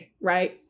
right